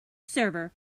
server